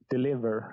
Deliver